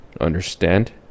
understand